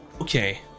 Okay